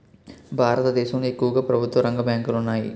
భారతదేశంలో ఎక్కువుగా ప్రభుత్వరంగ బ్యాంకులు ఉన్నాయి